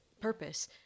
purpose